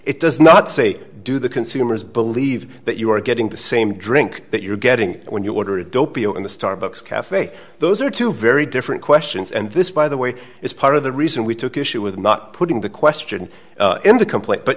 it does not say do the consumers believe that you are getting the same drink that you're getting when you order a dope you know in the starbucks cafe those are two very different questions and this by the way is part of the reason we took issue with not putting the question